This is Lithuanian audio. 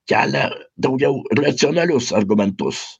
kelia daugiau racionalius argumentus